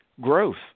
growth